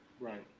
Right